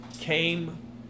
came